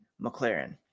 mclaren